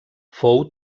fou